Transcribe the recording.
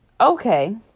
okay